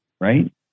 right